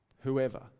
whoever